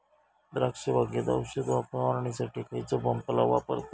द्राक्ष बागेत औषध फवारणीसाठी खैयचो पंप वापरतत?